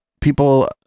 people